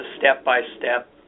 step-by-step